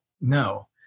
no